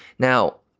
now,